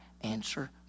answer